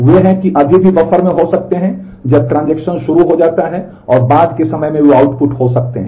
वे हैं कि वे अभी भी बफर में हो सकते हैं जब ट्रांजेक्शन शुरू हो जाता है और बाद के समय में वे आउटपुट हो सकते हैं